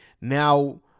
Now